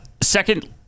Second